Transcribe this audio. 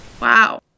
Wow